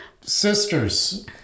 sisters